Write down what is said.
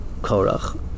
Korach